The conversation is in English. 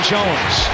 Jones